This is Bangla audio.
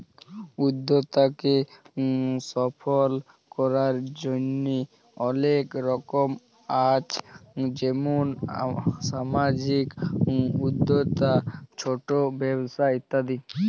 উদ্যক্তাকে সফল করার জন্হে অলেক রকম আছ যেমন সামাজিক উদ্যক্তা, ছট ব্যবসা ইত্যাদি